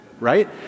right